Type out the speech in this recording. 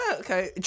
Okay